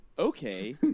okay